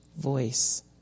voice